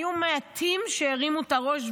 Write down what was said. היו מעטים שהרימו את הראש,